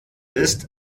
ist